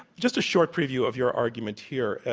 just a short preview of your argument here.